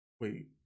Wait